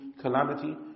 calamity